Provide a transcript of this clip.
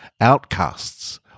outcasts